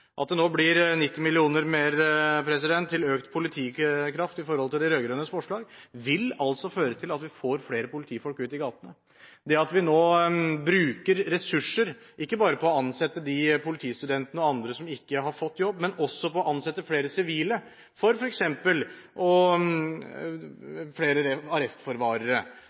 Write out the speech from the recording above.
At det nå blir 90 mill. kr mer til økt politikraft i forhold til de rød-grønnes forslag, vil føre til at vi får flere politifolk ut i gatene. Vi bruker nå ressurser ikke bare på å ansette de politistudentene og andre som ikke har fått jobb, men også på å ansette flere sivile